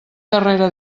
darrere